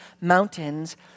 mountains